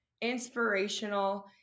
inspirational